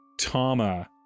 Tama